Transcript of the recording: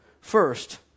first